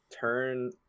turn